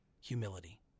humility